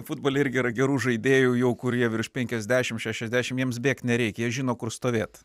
futbole irgi yra gerų žaidėjų jau kurie virš penkiasdešim šešiasdešim jiems bėgt nereikia jie žino kur stovėt